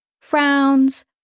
frowns